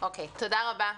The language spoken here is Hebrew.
תודה רבה.